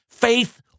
Faith